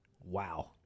wow